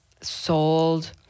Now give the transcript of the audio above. sold